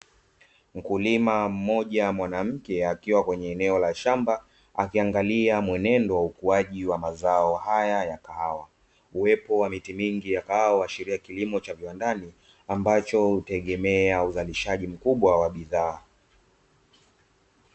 Mkulima mmoja mwanamke akiwa kwenye eneo la shamba akiangalia mwenendo wa ukuaji wa mazao haya ya kahawa. Uwepo wa miti mingi ya kahawa huashiria kilimo cha viwandani, ambacho hutegemea uzalishaji mkubwa wa bidhaa.